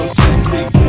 sexy